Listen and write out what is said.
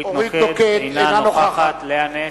אינה נוכחת לאה נס,